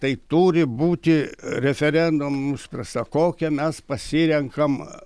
tai turi būti referendumu nuspręsta kokią mes pasirenkam